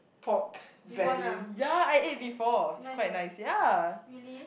pork belly ya I eat before it's quite nice ya